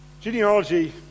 Genealogy